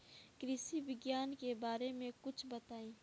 कृषि विज्ञान के बारे में कुछ बताई